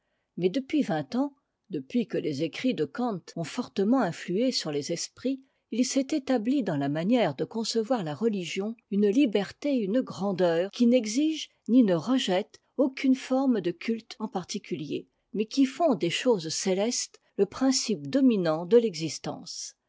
mais depuis vingt ans depuis que les écrits de kant ont fortement influé sur les esprits il s'est établi dans la manière de concevoir la rengion une liberté et une grandeur qui n'exigent ni ne rejettent aucune forme de culte en particulier mais qui font des choses célestes le principe dominant de l'existence